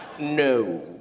No